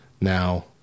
now